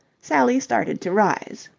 sally started to rise.